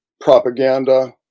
propaganda